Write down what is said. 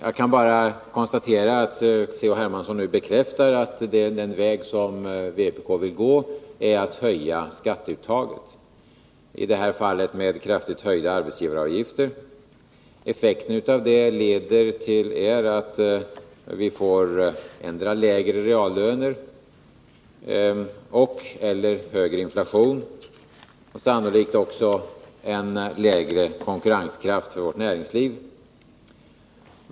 Jag kan bara konstatera att Carl-Henrik Hermansson nu bekräftar att den väg som vpk vill gå är att höja skatteuttaget, i detta fall med kraftigt höjda arbetsgivaravgifter. Effekten därav blir att vi får lägre reallöner och/eller högre inflation och sannolikt också en lägre konkurrenskraft för näringslivet.